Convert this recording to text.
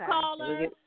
caller